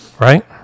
right